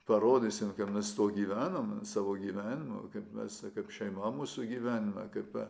parodysim kad mes gyvenam savo gyvenimą kaip mes šeima mūsų gyvenime kaip